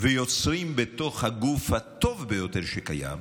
ובתוך הגוף הטוב ביותר שקיים